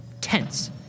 tense